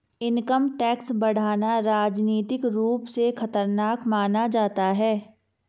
income tax बढ़ाना राजनीतिक रूप से खतरनाक माना जाता है